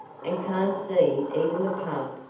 and can't see even the path,